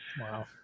Wow